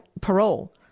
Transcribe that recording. parole